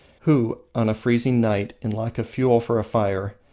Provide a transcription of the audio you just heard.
who, on a freezing night, in lack of fuel for a fire,